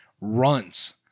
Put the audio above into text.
runs